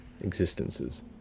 existences